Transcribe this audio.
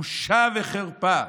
בושה וחרפה".